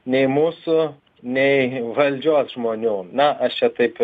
nei mūsų nei valdžios žmonių na aš čia taip